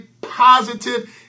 positive